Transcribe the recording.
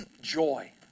joy